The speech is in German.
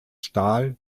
stahl